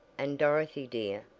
and dorothy dear,